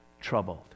troubled